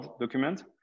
document